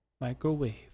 Microwave